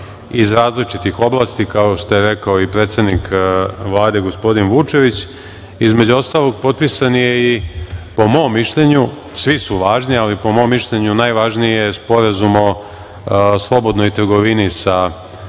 iz različitih oblasti, kao što je rekao i predsednik Vlade gospodin Vučević. Između ostalog, potpisan je i… Svi su važni, ali po mom mišljenju najvažniji je Sporazum o slobodnoj trgovini sa